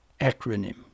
acronym